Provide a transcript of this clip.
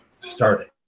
starting